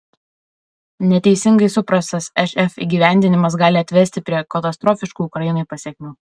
neteisingai suprastas šf įgyvendinimas gali atvesti prie katastrofiškų ukrainai pasekmių